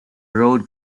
road